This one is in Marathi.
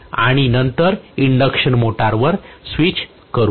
आणि नंतर इंडक्शन मोटरवर स्विच करू